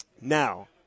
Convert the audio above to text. Now